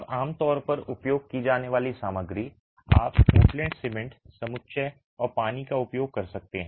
अब आमतौर पर उपयोग की जाने वाली सामग्री आप पोर्टलैंड सीमेंट समुच्चय और पानी का उपयोग कर सकते हैं